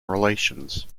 relations